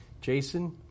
Jason